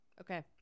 Okay